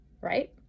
right